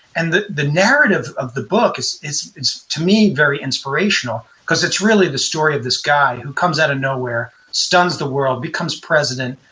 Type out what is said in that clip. and the the narrative of the book, it's it's to me, very inspirational because it's really the story of this guy who comes out of nowhere, stuns the world, becomes president,